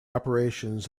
operations